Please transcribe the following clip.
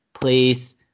please